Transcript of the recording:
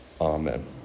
amen